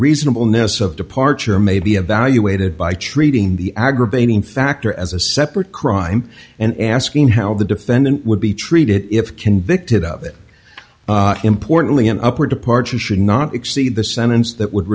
reasonable ness of departure may be evaluated by treating the aggravating factor as a separate crime and asking how the defendant would be treated if convicted of it importantly an up or departure should not exceed the sentence that would